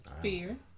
Fear